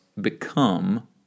become